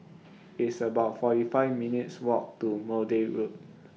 It's about forty nine minutes' Walk to Maude Road